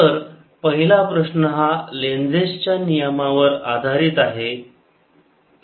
तर पहिला प्रश्न हा लेंझेस च्या नियमावर आधारित आहे